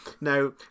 Now